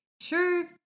sure